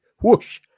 Whoosh